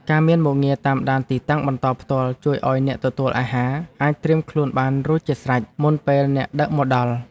ការមានមុខងារតាមដានទីតាំងបន្តផ្ទាល់ជួយឱ្យអ្នកទទួលអាហារអាចត្រៀមខ្លួនបានរួចជាស្រេចមុនពេលអ្នកដឹកមកដល់។